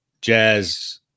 Jazz